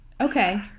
Okay